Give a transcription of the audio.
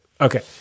Okay